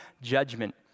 judgment